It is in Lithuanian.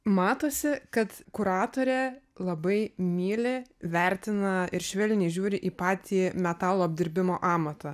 matosi kad kuratorė labai myli vertina ir švelniai žiūri į patį metalo apdirbimo amatą